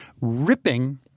ripping